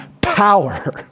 power